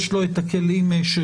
אז יש לו את הכלים שלו.